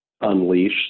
unleash